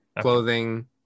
clothing